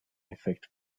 effekt